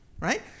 right